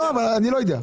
אני לא יודע.